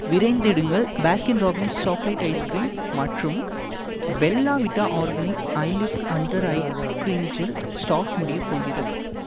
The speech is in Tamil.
விரைந்திடுங்கள் பேஸ்கின் ராபின்ஸ் சாக்லேட் ஐஸ்கிரீம் மற்றும் Bella Vita organic eye lift under eye cream gel stock முடியப் போகிறது